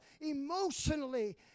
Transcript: emotionally